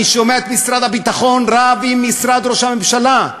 אני שומע את משרד הביטחון רב עם משרד ראש הממשלה.